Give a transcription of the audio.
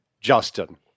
Justin